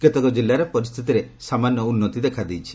କେତେକ କିଲ୍ଲାରେ ପରିସ୍ଥିତିରେ ସାମାନ୍ୟ ଉନ୍ନତି ଦେଖାଦେଇଛି